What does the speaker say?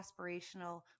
aspirational